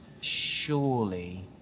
Surely